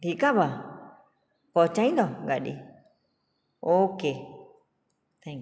ठीक आहे भाउ पहुचाईंदा गाॾी ओके थेंक्यू